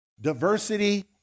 Diversity